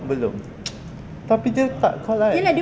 belum tapi dia tak call I